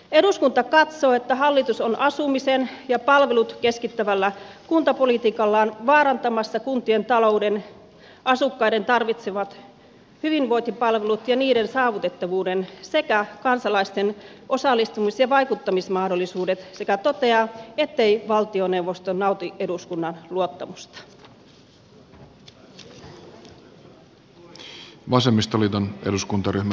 eduskunta katsoo että hallitus on asumisen ja palvelut keskittävällä kuntapolitiikallaan vaarantamassa kuntien talouden asukkaiden tarvitsemat hyvinvointipalvelut ja niiden saavutettavuuden sekä kansalaisten osallistumis ja vaikuttamismahdollisuudet sekä toteaa ettei valtioneuvosto nauti eduskunnan luottamusta